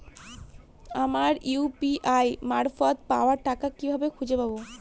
আমার ইউ.পি.আই মারফত পাওয়া টাকা কিভাবে খুঁজে পাব?